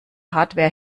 hardware